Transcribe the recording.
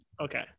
Okay